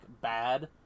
bad